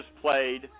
played